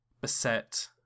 beset